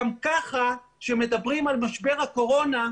גם ככה כשמדברים על משבר הקורונה,